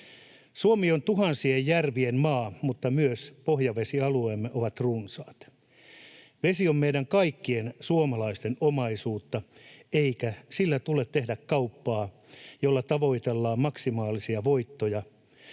Suomi on tuhansien järvien maa, mutta myös pohjavesialueemme ovat runsaat. Vesi on meidän kaikkien suomalaisten omaisuutta, eikä sillä tule tehdä kauppaa, jolla tavoitellaan maksimaalisia voittoja,